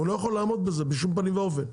הוא לא יכול לעמוד בזה בשום פנים ואופן.